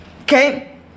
Okay